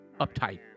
uptight